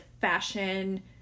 fashion